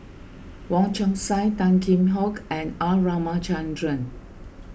Wong Chong Sai Tan Kheam Hock and R Ramachandran